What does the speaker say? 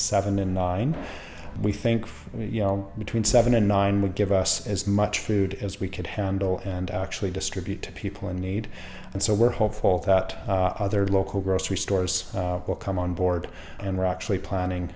seven and nine we think you know between seven and nine would give us as much food as we could handle and actually distribute to people in need and so we're hopeful that other local grocery stores will come onboard and raw actually planning